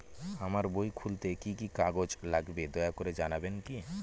আমার বই খুলতে কি কি কাগজ লাগবে দয়া করে জানাবেন কি?